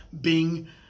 Bing